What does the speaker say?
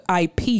IP